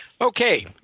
Okay